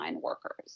workers